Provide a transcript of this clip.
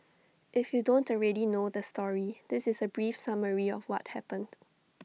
if you don't already know the story this is A brief summary of what happened